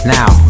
now